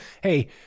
hey